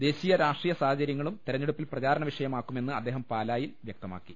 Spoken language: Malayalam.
ദേശീയ രാഷ്ട്രീയ സാഹചര്യങ്ങളും തെരഞ്ഞെടുപ്പിൽ പ്രചാരണ വിഷ യമാക്കുമെന്ന് അദ്ദേഹം പാലായിൽ പറഞ്ഞു